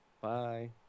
bye